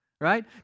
right